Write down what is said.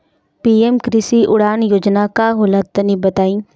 PM कृषि उड़ान योजना का होला तनि बताई?